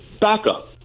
backup